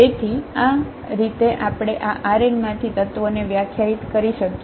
તેથી આ રીતે આપણે આ Rn માંથી ત્તત્વોને વ્યાખ્યાયિત કરી શકીએ